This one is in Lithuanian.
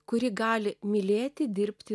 kuri gali mylėti dirbti